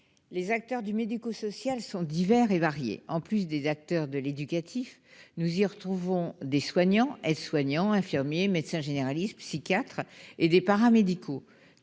Les acteurs du médico-social sont divers et variés. En plus des acteurs éducatifs, nous y retrouvons des soignants- aides-soignants, infirmiers, médecins généralistes, psychiatres -, et des paramédicaux-